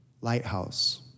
Lighthouse